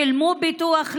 שילמו ביטוח לאומי,